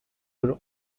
were